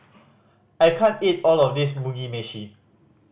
I can't eat all of this Mugi Meshi